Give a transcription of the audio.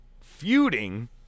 feuding